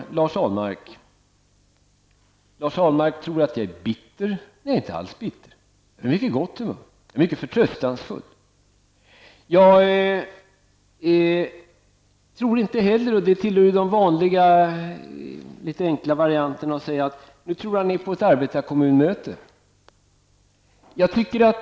Lars Ahlmark tror att jag är bitter, men jag är inte alls bitter. Jag är vid mycket gott humör, och jag är mycket förtröstansfull. Det är ett vanligt och enkelt inlägg att säga om någon att han tror att han är på ett arbetarkommunmöte.